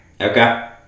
Okay